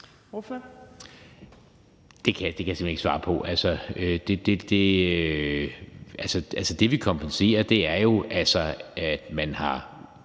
(V): Det kan jeg simpelt hen ikke svare på. Det, vi kompenserer, er jo, at man har